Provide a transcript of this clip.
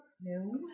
No